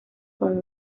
con